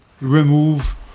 remove